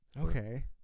Okay